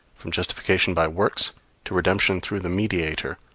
from justification by works to redemption through the mediator,